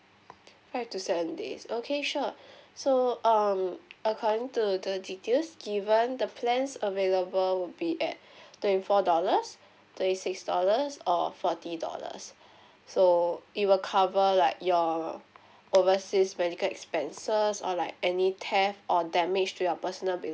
five to seven days okay sure so um according to the details given the plans available would be at twenty four dollars twenty six dollars or forty dollars so it will cover like your overseas medical expenses or like any theft or damage to your personal